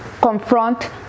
confront